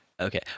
Okay